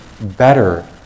better